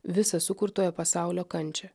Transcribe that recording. visą sukurtojo pasaulio kančią